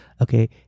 Okay